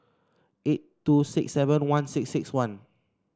eight two six seven one six six one